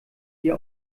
dir